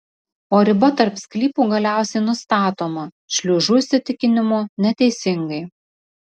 o riba tarp sklypų galiausiai nustatoma šliužų įsitikinimu neteisingai